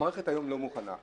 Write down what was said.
המערכת היום לא מוכנה.